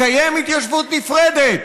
לקיים התיישבות נפרדת